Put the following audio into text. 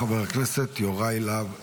חבר הכנסת יוראי להב הרצנו,